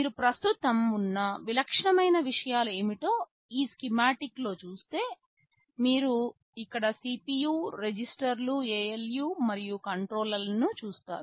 మీరు ప్రస్తుతం ఉన్న విలక్షణమైన విషయాలు ఏమిటో ఈ స్కీమాటిక్లో చూస్తే మీరు ఇక్కడ CPU రిజిస్టర్లు ALU లు మరియు కంట్రోల్ లను చూస్తారు